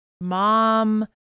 mom